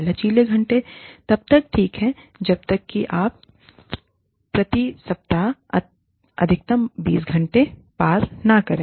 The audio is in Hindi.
लचीले घंटे तब तक ठीक हैं जब तक कि आप प्रति सप्ताह अधिकतम 20 घंटे पार न करें